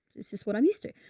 it's just what i'm used to,